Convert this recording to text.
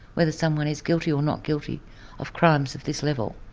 whether someone is guilty or not guilty of crimes of this level.